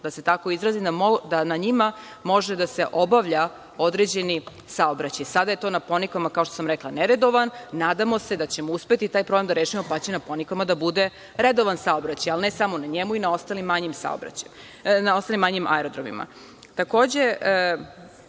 da se tako izrazim, da na njima može da se obavlja određeni saobraćaj. Sada je to na Ponikama, kao što sam rekla, neredovan, nadamo se da ćemo uspeti taj problem da rešimo, pa će na Ponikama da bude redovan saobraćaj. Ali ne samo na njemu, nego i na ostalim manjim aerodromima. Takođe